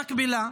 המקבילה,